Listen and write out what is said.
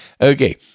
Okay